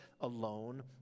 alone